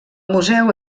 museu